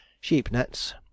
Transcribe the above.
sheep-nets